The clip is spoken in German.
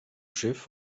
schiff